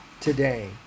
today